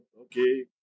okay